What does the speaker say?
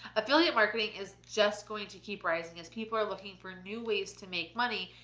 affiliate marketing is just going to keep rising. as people are looking for new ways to make money,